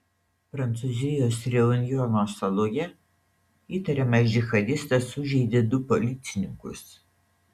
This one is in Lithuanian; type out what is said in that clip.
prancūzijos reunjono saloje įtariamas džihadistas sužeidė du policininkus